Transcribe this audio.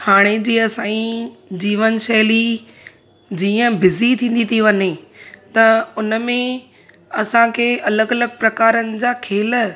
हाणे जीअं साईं जीवन शैली जीअं बिज़ी थींदी थी वञे त उन में असांखे अलॻि अलॻि प्रकारनि जा खेल